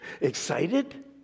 Excited